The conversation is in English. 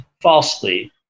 falsely